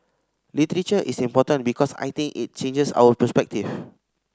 literature is important because I think it changes our perspective